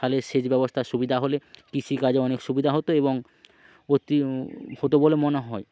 তাহলে সেচ ব্যবস্থার সুবিধা হলে কৃষিকাজে অনেক সুবিধা হতো এবং অতি হতো বলে মনে হয়